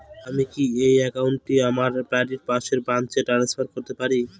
আমি কি এই একাউন্ট টি আমার বাড়ির পাশের ব্রাঞ্চে ট্রান্সফার করতে পারি?